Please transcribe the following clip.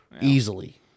Easily